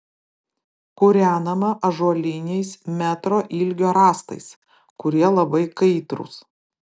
kūrenama ąžuoliniais metro ilgio rąstais kurie labai kaitrūs